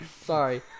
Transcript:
Sorry